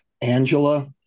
Angela